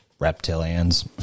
reptilians